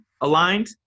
aligned